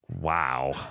Wow